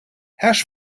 hash